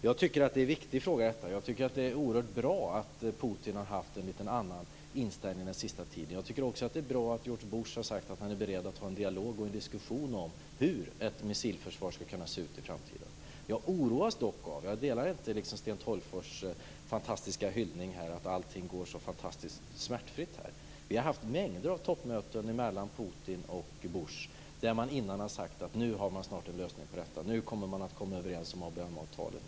Jag tycker att detta är en viktig fråga och menar att det är oerhört bra att Putin under den senaste tiden haft en lite annan inställning. Det är också bra att George W Bush sagt att han är beredd att ha en dialog och en diskussion om hur ett missilförsvar kan se ut i framtiden. Dock oroas jag. Jag delar alltså inte Sten Tolgfors fantastiska hyllning om att allting går så oerhört smärtfritt här. Vi har haft en mängd toppmöten mellan Putin och Bush där det innan sagts: Nu har man snart en lösning på detta. Nu kommer man att komma överens om ABM-avtalet.